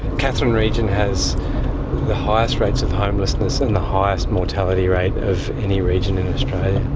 katherine region has the highest rates of homelessness and the highest mortality rate of any region in australia.